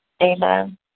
Amen